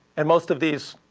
and most of these